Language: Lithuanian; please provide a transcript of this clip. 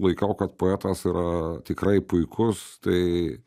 laikau kad poetas yra tikrai puikus tai